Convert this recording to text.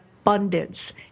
Abundance